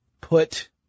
put